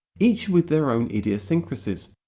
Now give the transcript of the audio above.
each with their own idiosyncrasies.